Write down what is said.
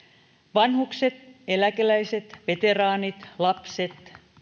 vanhukset eläkeläiset veteraanit lapset